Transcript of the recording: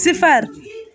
صِفر